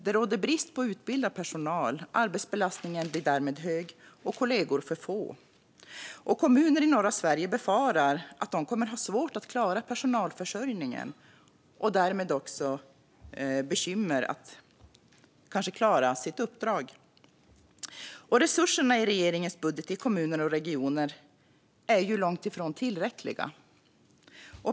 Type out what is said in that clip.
Det råder brist på utbildad personal. Arbetsbelastningen blir därmed hög och kollegorna för få. Kommuner i norra Sverige befarar att de kommer att ha svårt att klara personalförsörjningen och att de därmed också kommer att få bekymmer med att klara sitt uppdrag. Resurserna i regeringens budget till kommuner och regioner är långt ifrån tillräckliga.